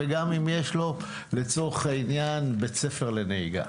גם אם יש לו בית ספק לנהיגה.